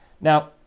Now